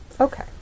Okay